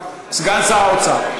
סגן שר האוצר.